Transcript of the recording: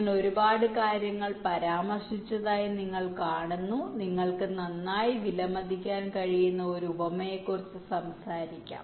ഞാൻ ഒരുപാട് കാര്യങ്ങൾ പരാമർശിച്ചതായി നിങ്ങൾ കാണുന്നു നിങ്ങൾക്ക് നന്നായി വിലമതിക്കാൻ കഴിയുന്ന ഒരു ഉപമയെക്കുറിച്ച് സംസാരിക്കാം